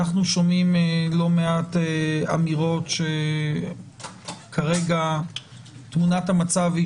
אנחנו שומעים לא מעט אמירות שכרגע תמונת המצב היא